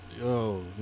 Yo